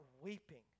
weeping